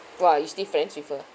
!wah! you still friends with her ah